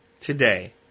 today